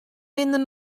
minder